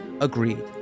Agreed